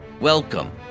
Welcome